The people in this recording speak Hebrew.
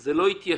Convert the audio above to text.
זה לא התיישן,